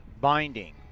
binding